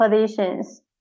positions